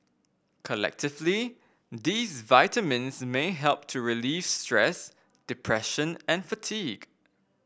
collectively these vitamins may help to relieve stress depression and fatigue